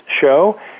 show